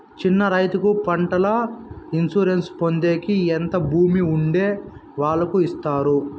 చిన్న రైతుకు పంటల ఇన్సూరెన్సు పొందేకి ఎంత భూమి ఉండే వాళ్ళకి ఇస్తారు?